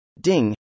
Ding